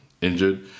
injured